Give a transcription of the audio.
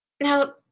Now